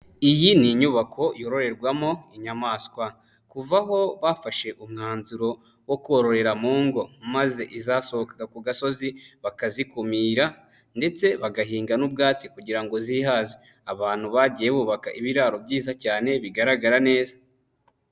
Iyi ni inyubako yororerwamo inyamaswa, kuva aho bafashe umwanzuro wo kororera mu ngo maze izasohokaga ku gasozi bakazikumira ndetse bagahinga n'ubwatsi kugira ngo zihaze, abantu bagiye bubaka ibiraro byiza cyane bigaragara neza.